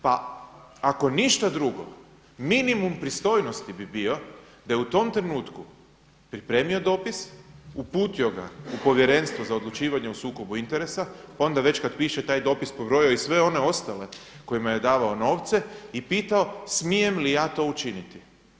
Pa ako ništa drugo, minimum pristojnosti bi bio da je u tom trenutku pripremio dopis, uputio ga u Povjerenstvo za odlučivanje o sukobu interesa, pa onda već kada piše taj dopis pobrojao i sve one ostale kojima je davao novce, i pitao - smijem li ja to učiniti.